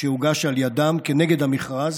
שהוגש על ידם כנגד המכרז,